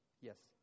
Yes